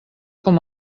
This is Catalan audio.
com